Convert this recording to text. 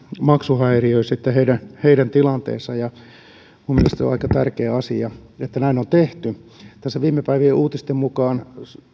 maksuhäiriöiset ja heidän tilanteensa ja minun mielestäni on aika tärkeä asia että näin on tehty tässä viime päivien uutisten mukaan